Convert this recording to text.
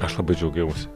aš labai džiaugiausi